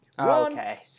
Okay